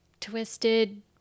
twisted